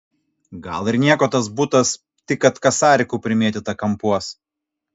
gal ir nieko tas butas tik kad kasarikų primėtyta kampuos